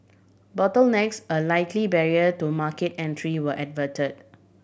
bottlenecks a likely barrier to market entry were averted